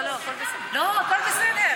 נו באמת,